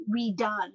redone